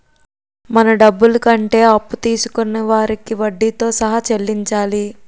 మన డబ్బులు కంటే అప్పు తీసుకొనే వారికి వడ్డీతో సహా చెల్లించాలి